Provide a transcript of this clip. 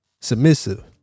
submissive